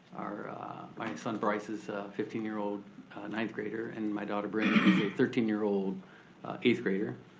my son bryce is a fifteen year old ninth grader, and my daughter brynn is a thirteen year old eighth grader.